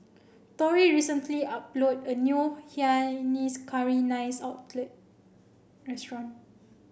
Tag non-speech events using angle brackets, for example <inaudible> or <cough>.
Torrey recently <unintelligible> a new Hainanese Curry Nice <unintelligible> Restaurant